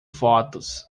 fotos